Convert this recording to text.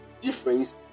difference